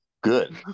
Good